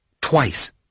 twice